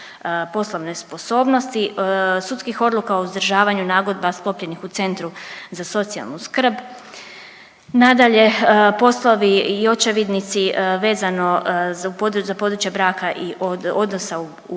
poslovne sposobnosti, sudskih odluka o uzdržavanju nagodba sklopljenih u centru za socijalnu skrb. Nadalje, poslovi i očevidnici vezano za područje braka i odnosa u